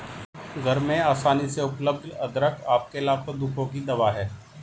घर में आसानी से उपलब्ध अदरक आपके लाखों दुखों की दवा है